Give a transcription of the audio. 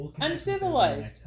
uncivilized